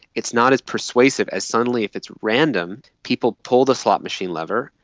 it's not as persuasive as suddenly if it's random. people pull the slot machine lever,